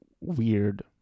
Weird